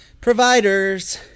providers